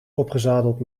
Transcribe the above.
opgezadeld